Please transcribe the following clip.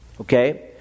Okay